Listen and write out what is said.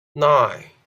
nine